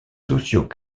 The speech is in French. sociaux